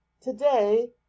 today